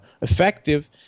effective